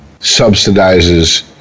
subsidizes